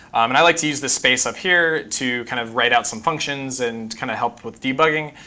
and i like to use this space up here to kind of write out some functions and kind of help with debugging.